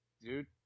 Dude